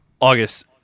August